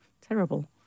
terrible